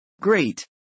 Great